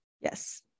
Yes